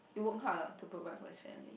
he worked hard lah to provide for his family